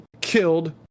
killed